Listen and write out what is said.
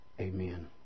Amen